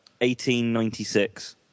1896